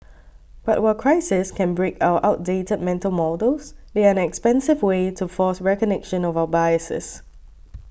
but while crises can break our outdated mental models they are an expensive way to force recognition of our biases